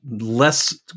less